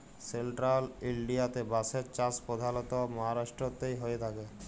central ইলডিয়াতে বাঁশের চাষ পধালত মাহারাষ্ট্রতেই হঁয়ে থ্যাকে